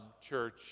church